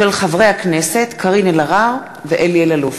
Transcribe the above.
של חברי הכנסת קארין אלהרר ואלי אלאלוף.